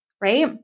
right